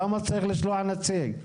למה צריך לשלוח נציג?